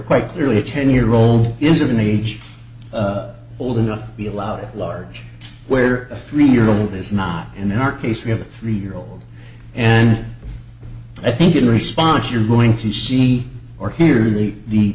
quite clearly a ten year old is an age old enough to be allowed large where a three year old is not in our case we have a three year old and i think in response you're going to see or hear in the